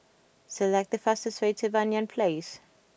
select the fastest way to Banyan Place